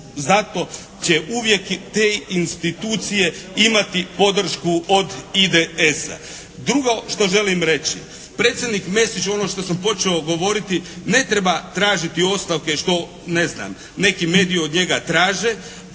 zato će uvijek te institucije imati podršku od IDS-a. Drugo što želim reći. Predsjednik Mesić ono što sam počeo govoriti ne treba tražiti ostavke što ne znam neki mediji od njega traže